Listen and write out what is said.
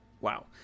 Wow